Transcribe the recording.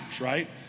right